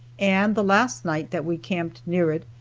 and the last night that we camped near it,